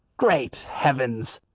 great heavens!